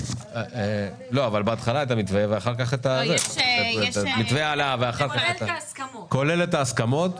כולל ההסכמות.